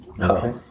Okay